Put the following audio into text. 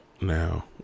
now